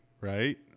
right